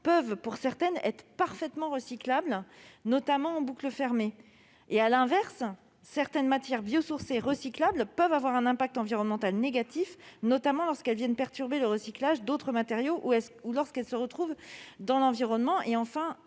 peuvent parfois être parfaitement recyclables, notamment en boucle fermée. À l'inverse, certaines matières biosourcées recyclables peuvent avoir un impact environnemental négatif, surtout lorsqu'elles perturbent le recyclage d'autres matériaux ou se retrouvent dans l'environnement. L'amendement